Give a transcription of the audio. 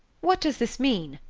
what does this mean?